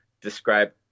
describe